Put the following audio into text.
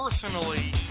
personally